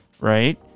right